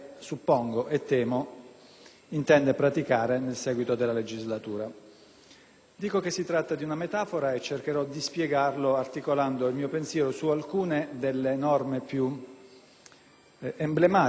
Dico che si tratta di una metafora e cercherò di spiegarlo articolando il mio pensiero su alcune delle norme più emblematiche, aventi - appunto - quasi carattere simbolico e metaforico di tale approccio.